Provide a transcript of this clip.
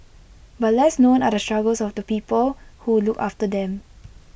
but less known are the struggles of the people who look after them